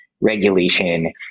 regulation